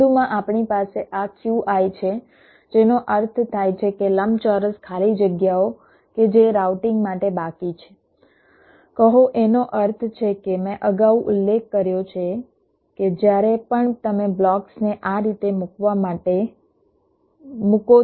વધુમાં આપણી પાસે આ Qi છે જેનો અર્થ થાય છે કે લંબચોરસ ખાલી જગ્યાઓ કે જે રાઉટિંગ માટે બાકી છે કહો એનો અર્થ છે કે મેં અગાઉ ઉલ્લેખ કર્યો છે કે જ્યારે પણ તમે બ્લોક્સને આ રીતે મૂકવા માટે મૂકો છો